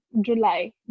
July